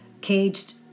caged